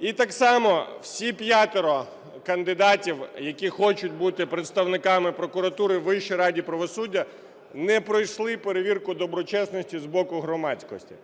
І так само всі п'ятеро кандидатів, які хочуть бути представниками прокуратури у Вищій раді правосуддя, не пройшли перевірку доброчесності з боку громадськості.